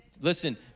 Listen